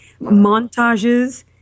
montages